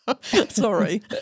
sorry